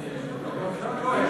גם שם לא היה דיון.